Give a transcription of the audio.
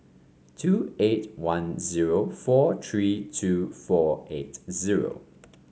two eight one zero four three two four eight zero